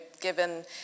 given